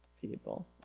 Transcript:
people